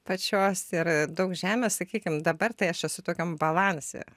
pačios ir daug žemės sakykim dabar tai aš esu tokiam balanse